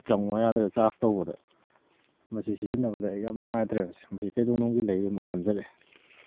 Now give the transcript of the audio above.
ꯆꯪꯉꯨ ꯌꯥꯗ꯭ꯔꯦ ꯆꯥꯔꯖ ꯇꯧꯕꯗ ꯃꯁꯤ ꯁꯤꯖꯤꯟꯅꯕꯗ ꯑꯩ ꯌꯥꯝ ꯅꯨꯡꯉꯥꯏꯇ꯭ꯔꯦ ꯃꯁꯤ ꯃꯁꯤ ꯀꯩꯗꯧꯅꯨꯡꯒꯤ ꯂꯩꯔꯨꯕꯅꯣ ꯈꯟꯖꯔꯦ